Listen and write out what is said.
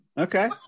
Okay